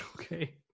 Okay